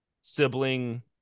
sibling